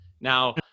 now